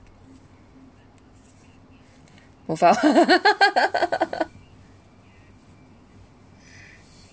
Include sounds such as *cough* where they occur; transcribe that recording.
move out *laughs*